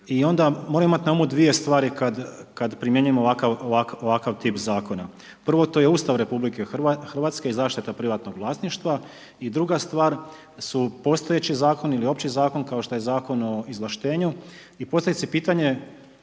i onda moramo imati na umu 2 stvari kad primjenjujemo ovakav tip Zakona. Prvo, to je Ustav Republike Hrvatske i zaštita privatnog vlasništva, i druga stvar su postojeći Zakoni ili opći Zakon kao što je Zakon o izvlaštenju i postavlja se pitanje,